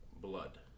Blood